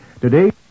Today